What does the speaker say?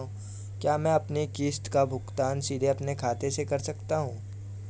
क्या मैं अपनी किश्त का भुगतान सीधे अपने खाते से कर सकता हूँ?